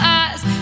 eyes